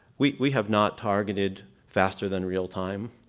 we we have not targeted faster than real time,